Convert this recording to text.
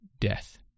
death